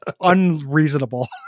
unreasonable